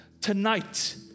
Tonight